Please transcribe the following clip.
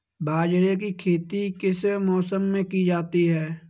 बाजरे की खेती किस मौसम में की जाती है?